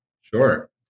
Sure